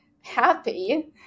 happy